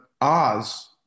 Oz